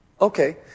Okay